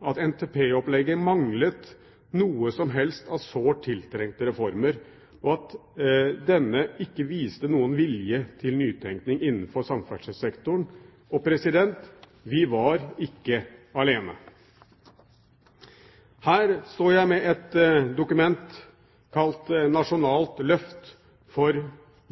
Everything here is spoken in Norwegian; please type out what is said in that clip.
at NTP-opplegget manglet noe som helst av sårt tiltrengte reformer, og at det ikke viste noen vilje til nytenkning innenfor samferdselssektoren. Og vi var ikke alene. Her står jeg med et dokument kalt «Nasjonalt løft for